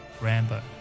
Rambo